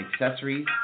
accessories